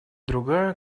другая